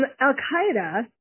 Al-Qaeda